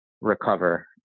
recover